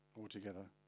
altogether